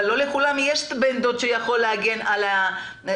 אבל לא לכולם יש בן דוד שיכול להגן על האנשים.